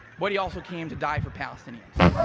but he also came to die for palestinians.